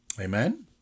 Amen